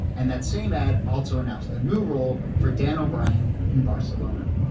and that same ad also announced a new role for dan o'brien in barcelona